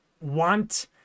want